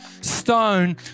stone